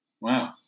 Wow